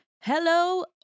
Hello